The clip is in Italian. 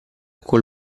col